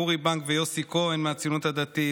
אורי בנק ויוסי כהן מהציונות הדתית,